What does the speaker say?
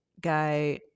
guy